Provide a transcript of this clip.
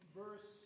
verse